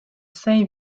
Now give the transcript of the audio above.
saint